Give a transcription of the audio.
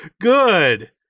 good